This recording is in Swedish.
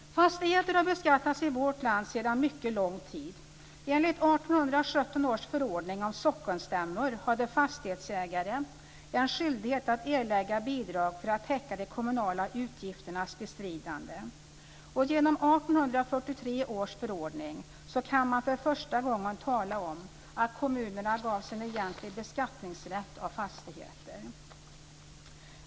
Fastigheter har beskattats i vårt land sedan mycket lång tid. Enligt 1817 års förordning om sockenstämmor hade fastighetsägare en skyldighet att erlägga bidrag för att täcka de kommunala utgifternas bestridande, och genom 1843 års förordning kan man för första gången tala om att kommunerna gavs en egentlig beskattningsrätt av fastigheter.